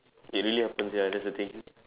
it really happens ya that's the thing